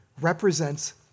represents